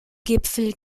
gipfel